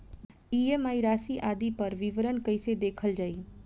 EMI राशि आदि पर विवरण कैसे देखल जाइ?